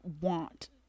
want